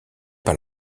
par